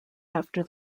after